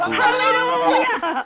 hallelujah